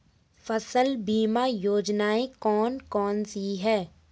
फसल बीमा योजनाएँ कौन कौनसी हैं?